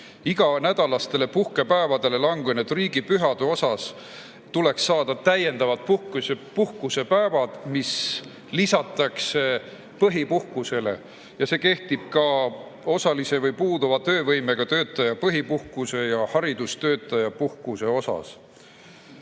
iganädalastele puhkepäevadele langenud riigipühade puhul tuleks saada täiendavad puhkusepäevad, mis lisatakse põhipuhkusele. See kehtiks ka osalise või puuduva töövõimega töötaja põhipuhkuse ning haridustöötaja puhkuse puhul.